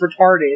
retarded